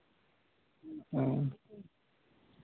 ᱦᱮᱸ